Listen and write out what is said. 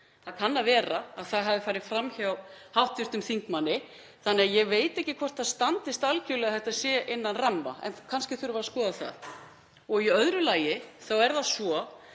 Það kann að vera að það hafi farið fram hjá hv. þingmanni þannig að ég veit ekki hvort það standist algjörlega að þetta sé innan ramma, en kannski þurfum við að skoða það. Í öðru lagi þá erum við